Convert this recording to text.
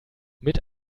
mit